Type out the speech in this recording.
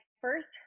first